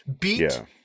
Beat